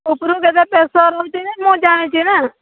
ଉପରୁ କେତେ ପ୍ରେସର୍ ରହିଛି ନା ମୁଁ ଜାଣିଛି ନା